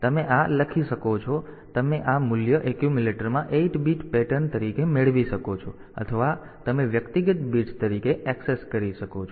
તેથી તમે આ લખી શકો છો તમે આ મૂલ્ય એક્યુમ્યુલેટરમાં 8 બીટ પેટર્ન તરીકે મેળવી શકો છો અથવા તમે વ્યક્તિગત બિટ્સ તરીકે ઍક્સેસ કરી શકો છો